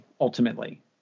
ultimately